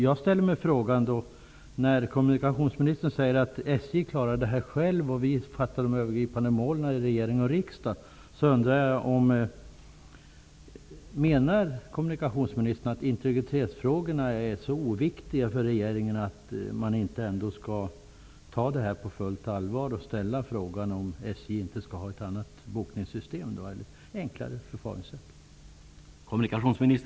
Jag ställer mig frågande till att SJ skall klara detta självt och att regering och riksdag fattar beslut om de övergripande målen. Menar kommunikationsministern att integritetsfrågorna är så oviktiga för regeringen att detta inte skall tas på fullt allvar? Skall inte frågan ställas om SJ skall ha ett annat bokningssystem med ett enklare förfaringssätt?